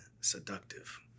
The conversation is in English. seductive